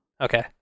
Okay